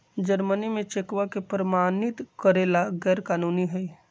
Germany में चेकवा के प्रमाणित करे ला गैर कानूनी हई